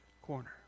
corner